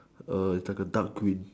like a dark green